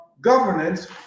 governance